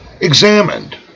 Examined